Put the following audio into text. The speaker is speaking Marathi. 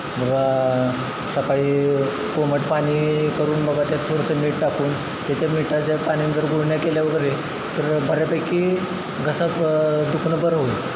बघा सकाळी कोमट पाणी करून बघा त्यात थोडंसं मीठ टाकून त्याच्यात मीठाच्या पाण्याने जर गुळण्या केल्या वगैरे तर बऱ्यापैकी घसा दुखणं बरं होईल